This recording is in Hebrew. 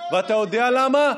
ואתה יודע למה?